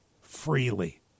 freely